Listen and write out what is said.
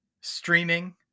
streaming